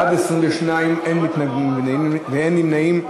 בעד, 22, אין מתנגדים ואין נמנעים.